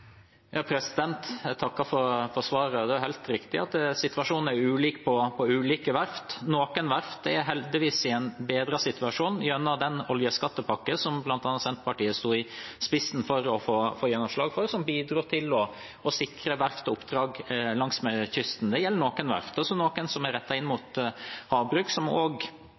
Jeg takker for svaret. Det er helt riktig at situasjonen er ulik på ulike verft. Noen verft er heldigvis i en bedret situasjon som følge av oljeskattepakken som bl.a. Senterpartiet sto i spissen for å få gjennomslag for, som bidro til å sikre verftene langs kysten oppdrag. Det gjelder noen verft. Så er det noen som har virksomhet som er rettet mot havbruk, som